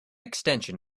extension